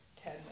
ten